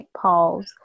Paul's